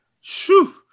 Shoo